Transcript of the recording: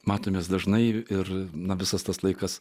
matomės dažnai ir visas tas laikas